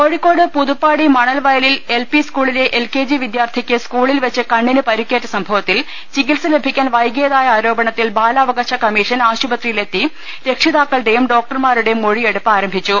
കോഴിക്കോട് പുതുപ്പാടി മണൽവയലിൽ L P സ്കൂളിലെ L K G വിദ്യാർഥിക്ക് സ്കൂളിൽ വെച്ച് കണ്ണിന് പരുക്കേറ്റ സംഭവത്തിൽ ചികിത്സ ലഭിക്കാൻ വൈകിയതായ ആരോപണത്തിൽ ബാലവകാശ കമ്മിഷ്ടൻ ആശുപത്രിയിലെത്തി രക്ഷിതാക്കളുടേയു ഡോക്ടർ മാരുടേയും മൊഴിയെടുപ്പ് ആരം ഭിച്ചു